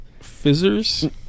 Fizzers